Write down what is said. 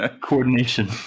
coordination